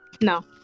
No